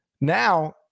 Now